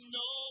no